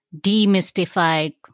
demystified